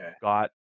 got